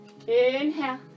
Inhale